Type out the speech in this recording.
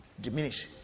Diminish